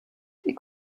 die